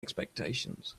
expectations